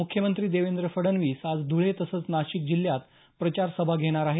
मुख्यमंत्री देवेंद्र फडवणीस आज धुळे तसंच नाशिक जिल्ह्यात प्रचार सभा घेणार आहेत